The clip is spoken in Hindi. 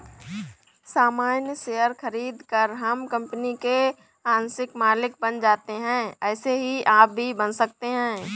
सामान्य शेयर खरीदकर हम कंपनी के आंशिक मालिक बन जाते है ऐसे ही आप भी बन सकते है